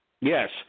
Yes